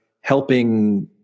helping